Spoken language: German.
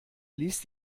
ließ